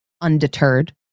undeterred